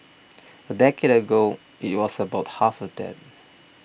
a decade ago it was about half of that